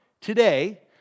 today